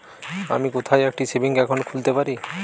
আমি কোথায় একটি সেভিংস অ্যাকাউন্ট খুলতে পারি?